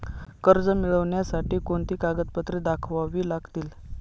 कर्ज मिळण्यासाठी कोणती कागदपत्रे दाखवावी लागतील?